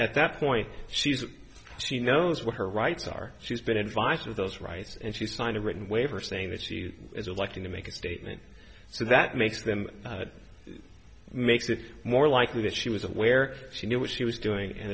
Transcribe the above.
at that point she's she knows what her rights are she's been advised of those rights and she signed a written waiver saying that she is electing to make a statement so that makes them it makes it more likely that she was aware she knew what she was doing and